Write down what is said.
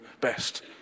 best